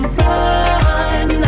run